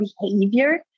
behavior